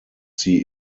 sie